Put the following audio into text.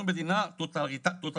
אנחנו מדינה טוטליטרית?